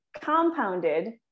compounded